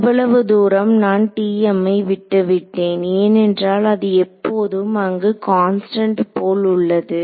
இவ்வளவு தூரம் நான் ஐ விட்டுவிட்டேன் ஏனென்றால் அது எப்போதும் அங்கு கான்ஸ்டன்ட் போல் உள்ளது